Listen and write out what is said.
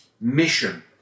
mission